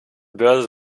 börse